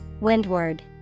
Windward